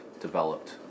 developed